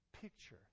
picture